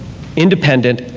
independent,